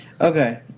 Okay